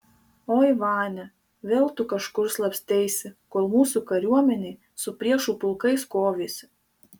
oi vania vėl tu kažkur slapsteisi kol mūsų kariuomenė su priešų pulkais kovėsi